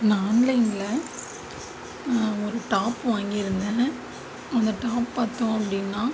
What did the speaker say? நான் ஆன்லைனில் ஒரு டாப் வாங்கியிருந்தேன் அந்த டாப் பார்த்தோம் அப்படின்னா